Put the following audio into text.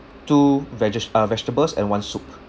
two vege~ uh vegetables and one soup